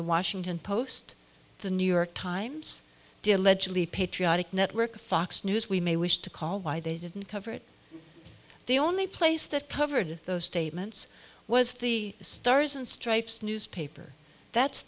the washington post the new york times diligently patriotic network fox news we may wish to call why they didn't cover it the only place that covered those statements was the stars and stripes newspaper that's